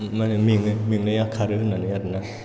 मा होनो मेङो मेंनाया खारो होननानै आरोना